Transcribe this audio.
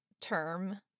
term